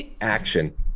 action